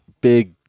big